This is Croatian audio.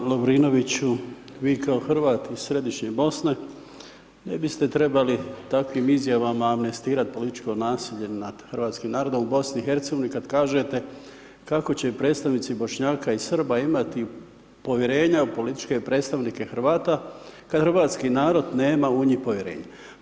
Kolega Lovrinoviću, vi kao Hrvat iz Središnje Bosne ne biste trebali takvim izjavama amnestirat političko nasilje nad hrvatskim narodom u BiH kad kažete kako će predstavnici Bošnjaka i Srba imati povjerenja u političke predstavnike Hrvata kad hrvatski narod nema u njih povjerenja.